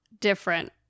different